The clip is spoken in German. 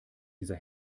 dieser